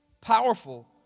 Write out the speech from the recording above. Powerful